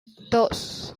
dos